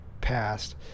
passed